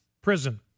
prison